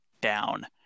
down